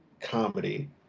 comedy